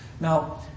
Now